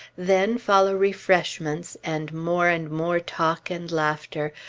then follow refreshments, and more and more talk and laughter,